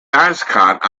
ascot